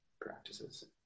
practices